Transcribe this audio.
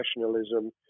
professionalism